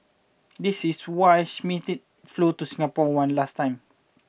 this is why Schmidt flew to Singapore one last time